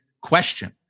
question